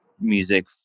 music